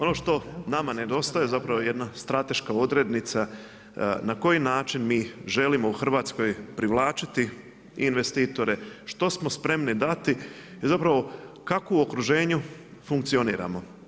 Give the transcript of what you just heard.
Ono što nama nedostaje zapravo je jedna strateška odrednica na koji način mi želimo u Hrvatskoj privlačiti investitore, što smo spremni dati i zapravo kako u okruženju funkcioniramo.